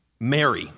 Mary